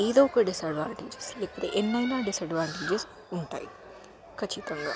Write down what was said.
ఏదొక డిసడ్వాంటేజెస్ ఇప్పుడు ఎన్నైనా డిసడ్వాంటేజెస్ ఉంటాయి ఖచ్చితంగా